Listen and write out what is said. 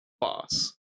boss